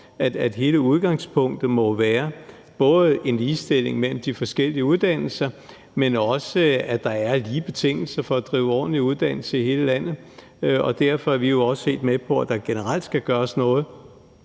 at hele udgangspunktet både må handle om en ligestilling mellem de forskellige uddannelser, men også om, at der er lige betingelser for at drive ordentlig uddannelse i hele landet. Derfor er vi jo også helt med på, at der generelt skal gøres noget